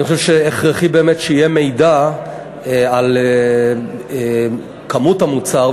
אני חושב שהכרחי באמת שיהיה מידע על כמות המוצר,